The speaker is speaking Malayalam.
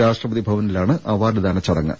രാഷ്ട്രപതി ഭവനിലാണ് അവാർഡ് ദാന ചടങ്ങ്